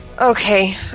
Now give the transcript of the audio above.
Okay